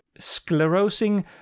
sclerosing